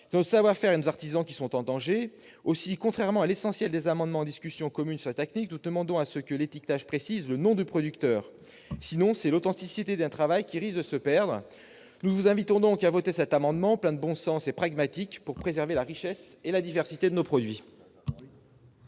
C'est nos savoir-faire et nos artisans qui sont en danger. Aussi, contrairement à l'essentiel des amendements en discussion commune sur cet article, nous demandons que l'étiquetage précise le nom du producteur. Sinon, c'est l'authenticité d'un travail qui risque de se perdre. Nous vous invitons à voter en faveur de cet amendement plein de bon sens et pragmatique pour préserver la richesse et la diversité de nos produits.